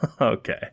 okay